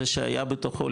זה שהיה בתוכו,